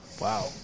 Wow